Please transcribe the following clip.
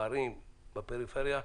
בערים ובפריפריה,